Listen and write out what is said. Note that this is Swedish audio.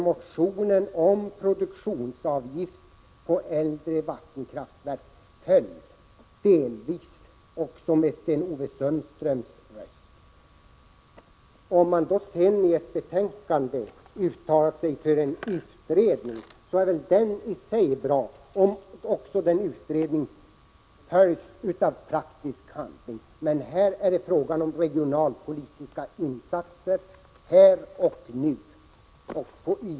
Motionen om produktionsavgift för äldre vattenkraftverk föll, delvis på grund av Sten-Ove Sundströms röst. Om man sedan i ett betänkande uttalar sig för en utredning är det i och för sig bra, om bara utredningen följs av praktisk handling. Men i detta fall är det fråga om regionalpolitiska insatser här och nu.